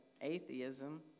Atheism